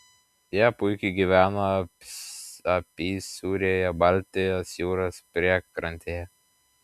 jie puikiai gyvena apysūrėje baltijos jūros priekrantėje